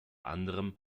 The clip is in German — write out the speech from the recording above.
anderem